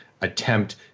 attempt